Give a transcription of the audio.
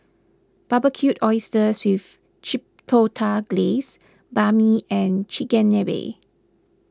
Barbecued Oysters with Chipotle Glaze Banh Mi and Chigenabe